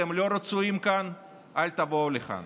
אתם לא רצויים כאן, אל תבואו לכאן.